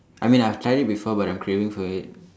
I mean I've tried it before but I'm craving for it